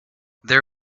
there